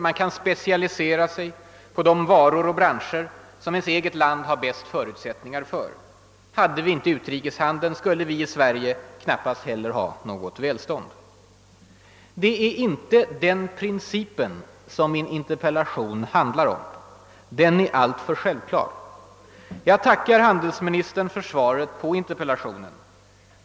Man kan specialisera sig på de varor och branscher som ens eget land har bäst förutsättningar för. Skulle vi inte driva någon utrikeshandel, skulle vi i Sverige knappast heller ha något välstånd. Det är inte denna princip som min interpellation handlar om; den är alltför självklar. Jag tackar handelsministern för svaret på interpellationen.